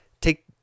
Take